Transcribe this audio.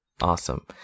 Awesome